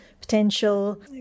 potential